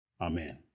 Amen